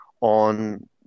on